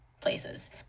places